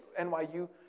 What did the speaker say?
NYU